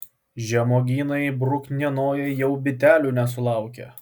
žemuogynai bruknienojai jau bitelių nesulaukia